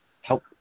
help